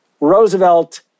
Roosevelt